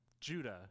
Judah